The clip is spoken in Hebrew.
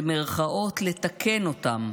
"לתקן" אותם,